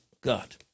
God